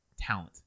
talent